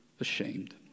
ashamed